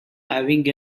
having